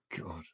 God